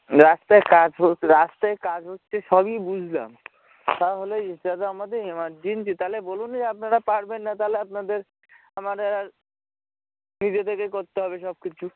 রাস্তায় কাজ হোক রাস্তায় কাজ হচ্ছে সবই বুঝলাম তাহলে দাদা আমাদের এমারজেন্সি তাহলে বলুন না যে আপনারা পারবেন না তাহলে আপনাদের আমাদের আর নিজে থেকে করতে হবে সব কিছু